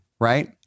right